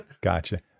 gotcha